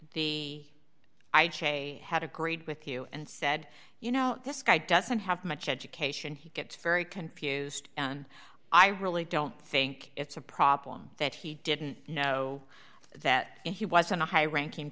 he had agreed with you and said you know this guy doesn't have much education he gets very confused and i really don't think it's a problem that he didn't know that he was on a high ranking